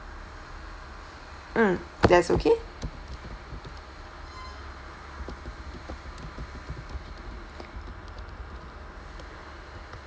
mm that's okay